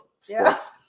sports